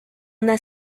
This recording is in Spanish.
una